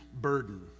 burden